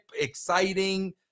exciting